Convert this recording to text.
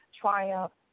triumph